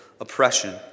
oppression